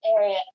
area